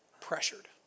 pressured